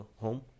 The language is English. home